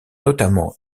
notamment